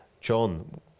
John